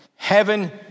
heaven